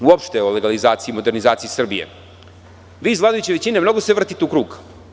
Kada govorimo uopšte o legalizaciji i modernizaciji Srbije, vi iz vladajuće većine mnogo se vrtite u krug.